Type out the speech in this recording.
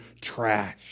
trash